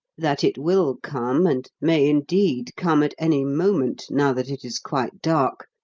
that it will come, and may, indeed, come at any moment now that it is quite dark,